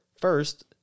First